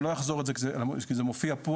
אני לא אחזור על זה כי זה מופיע פה.